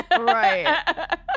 Right